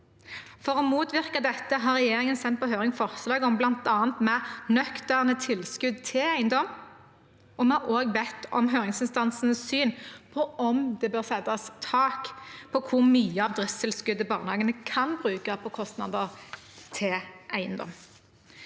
For å motvirke dette har regjeringen sendt på høring forslag om bl.a. mer nøkterne tilskudd til eiendom, og vi har også bedt om høringsinstansenes syn på om det bør settes tak på hvor mye av driftstilskuddet barnehagene kan bruke på kostnader til eiendom.